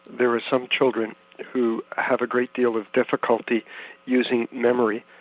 there are some children who have a great deal of difficulty using memory,